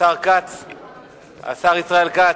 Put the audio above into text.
השר ישראל כץ,